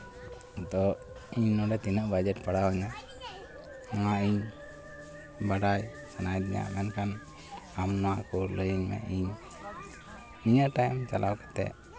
ᱟᱫᱚ ᱤᱧ ᱱᱚᱸᱰᱮ ᱛᱤᱱᱟᱹᱜ ᱵᱟᱡᱮᱴ ᱯᱟᱲᱟᱣ ᱤᱧᱟᱹ ᱚᱱᱟ ᱤᱧ ᱵᱟᱰᱟᱭ ᱥᱟᱱᱟᱭᱮᱫᱤᱧᱟ ᱢᱮᱱᱠᱷᱟᱱ ᱟᱢ ᱱᱚᱣᱟ ᱠᱚ ᱞᱟᱹᱭᱟᱹᱧ ᱢᱮ ᱤᱧ ᱤᱧᱟᱹᱜ ᱴᱟᱹᱭᱤᱢ ᱪᱟᱞᱟᱣ ᱠᱟᱛᱮᱫ